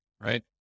right